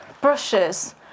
brushes